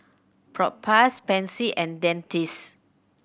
Propass Pansy and Dentiste